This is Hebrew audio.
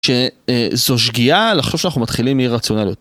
שזו שגיאה לחשוב שאנחנו מתחילים מאי רציונליות.